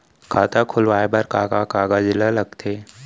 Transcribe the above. खाता खोलवाये बर का का कागज ल लगथे?